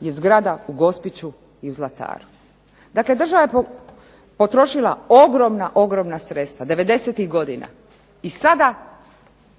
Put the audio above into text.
je zgrada u Gospiću i u Zlataru. Dakle država je potrošila ogromna, ogromna sredstva 90-ih godina i sada